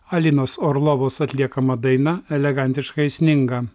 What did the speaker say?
alinos orlovos atliekama daina elegantiškai sninga